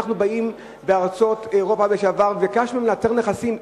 אנחנו באים לארצות אירופה וביקשנו לאתר נכסים.